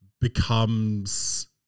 becomes